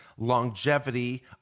longevity